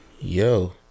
Yo